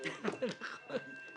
נגד.